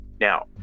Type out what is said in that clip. now